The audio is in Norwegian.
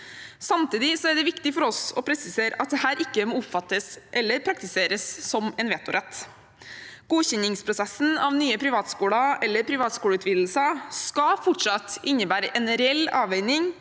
Samtidig er det viktig for oss å presisere at dette ikke må oppfattes eller praktiseres som en vetorett. Godkjenningsprosessen av nye privatskoler eller privatskoleutvidelser skal fortsatt innebære en reell avveiing,